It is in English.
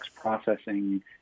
processing